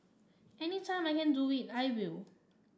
any time I can do it I will